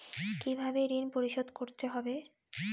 কিভাবে ঋণ পরিশোধ করতে হবে?